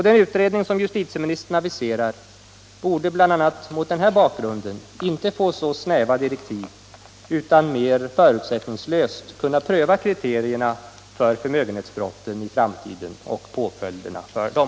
Den utredning som justitieministern aviserar borde bl.a. mot denna bakgrund inte få så snäva direktiv, utan mer förutsättningslöst kunna pröva kriterierna för förmögenhetsbrotten i framtiden och påföljderna för dem.